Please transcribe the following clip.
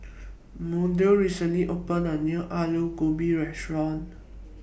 Maudie recently opened A New Alu Gobi Restaurant